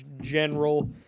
general